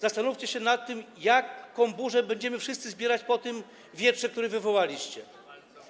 Zastanówcie się nad tym, jaką burzę będziemy wszyscy zbierać po tym wietrze, który wywołaliście.